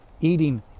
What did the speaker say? eating